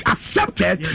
Accepted